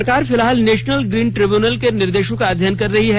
सरकार फिलहाल national green tribunal के निर्देशों का अध्ययन कर रही है